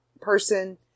person